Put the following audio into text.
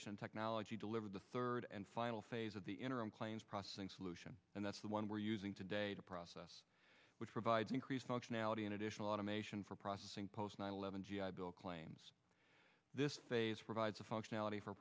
nine technology delivered the third and final phase of the interim claims processing solution and that's the one we're using today to process which provides increased functionality and additional automation for processing post nine eleven g i bill claims this phase for vides of functionality for